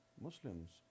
Muslims